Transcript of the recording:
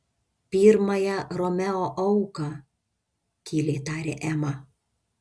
pirmąją romeo auką tyliai tarė ema